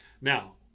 Now